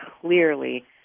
clearly